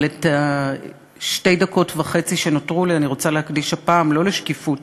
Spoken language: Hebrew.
אבל את שתי הדקות וחצי שנותרו לי אני רוצה להקדיש הפעם לא לשקיפות